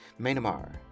Myanmar